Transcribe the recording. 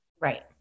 Right